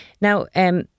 Now